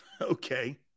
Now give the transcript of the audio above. Okay